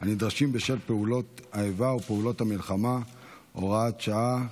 הנדרשים בשל פעולות האיבה או פעולות המלחמה (הוראות שעה,